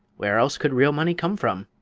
where else could real money come from?